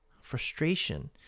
frustration